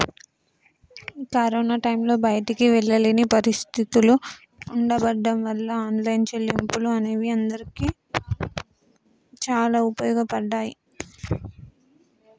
corona టైంలో బయటికి వెళ్ళలేని పరిస్థితులు ఉండబడ్డం వాళ్ళ ఆన్లైన్ చెల్లింపులు అనేవి అందరికీ చాలా ఉపయోగపడ్డాయి